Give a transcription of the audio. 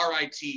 RIT